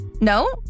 No